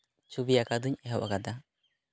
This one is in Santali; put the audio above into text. ᱪᱷᱚᱵᱤ ᱟᱸᱠᱟᱣ ᱫᱩᱧ ᱮᱦᱚᱵ ᱟᱠᱟᱫᱟ